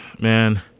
man